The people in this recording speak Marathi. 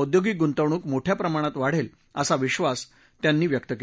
औद्योगिक गुंतवणूक मोठ्या प्रमाणात वाढेल सा विश्वास त्यांनी व्यक्त केला